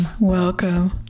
Welcome